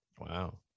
wow